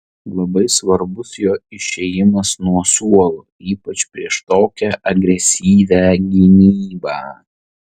labai svarbus jo išėjimas nuo suolo ypač prieš tokią agresyvią gynybą